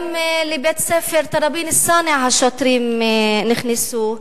גם לבית-ספר תראבין-אלסאנע השוטרים נכנסו.